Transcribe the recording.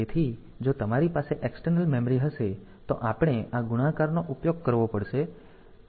તેથી જો તમારી પાસે એક્સટર્નલ મેમરી હશે તો આપણે આ ગુણાકારનો ઉપયોગ કરવો પડશે